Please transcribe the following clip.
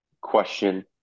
question